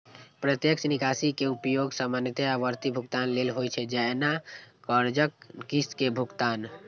प्रत्यक्ष निकासी के उपयोग सामान्यतः आवर्ती भुगतान लेल होइ छै, जैना कर्जक किस्त के भुगतान